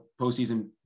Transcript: postseason